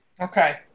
Okay